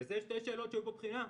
שאלה שתי שאלות שהיו בבחינה.